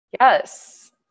Yes